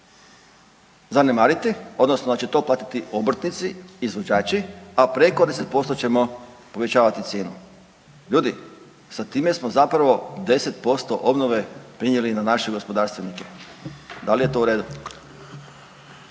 zanemariti, odnosno da će to platiti obrtnici, izvođači a preko 10% ćemo povećavati cijenu. Ljudi, sa time smo zapravo 10% obnove prenijeli na naše gospodarstvenike. Da li je to u redu?